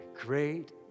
Great